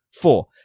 Four